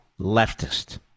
leftist